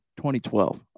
2012